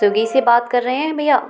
Swiggy से बात कर रहें हैं भैया